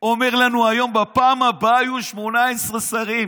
אומר לנו היום: בפעם הבאה יהיו 18 שרים.